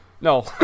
No